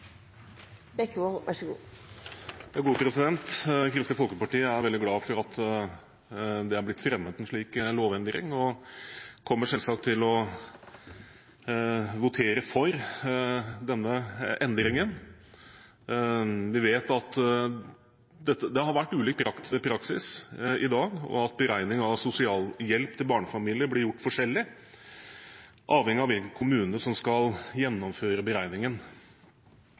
veldig glad for at det er blitt fremmet en slik lovendring og kommer selvsagt til å votere for denne endringen. Vi vet at det har vært ulik praksis, og at beregning av sosialhjelp til barnefamilier blir gjort forskjellig avhengig av hvilken kommune som skal gjennomføre beregningen.